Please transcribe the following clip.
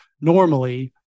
normally